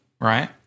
right